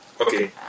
Okay